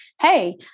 hey